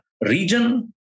region